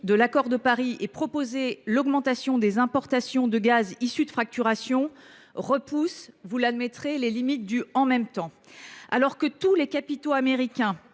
de l’accord de Paris et proposer l’augmentation des importations de gaz issu de fracturation hydraulique repousse les limites du « en même temps ». Alors que tous les capitaux américains,